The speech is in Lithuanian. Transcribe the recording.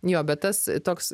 jo bet tas toks